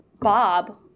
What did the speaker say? Bob